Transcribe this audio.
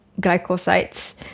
glycosides